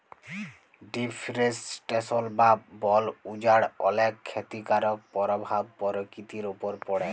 deforestation বা বল উজাড় অলেক খ্যতিকারক পরভাব পরকিতির উপর পড়ে